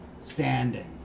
standing